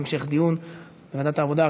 להמשך דיון בוועדת העבודה,